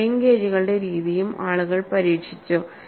strain ഗേജുകളുടെ രീതിയും ആളുകൾ പരീക്ഷിച്ചു